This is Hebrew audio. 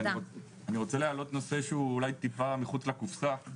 אני רוצה להעלות נושא שהוא אולי טיפה מחוץ לקופסה.